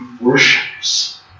worships